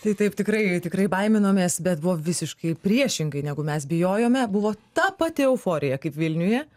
tai taip tikrai tikrai baiminomės bet buvo visiškai priešingai negu mes bijojome buvo tapati euforija kaip vilniuje